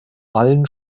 allen